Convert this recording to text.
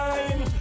Time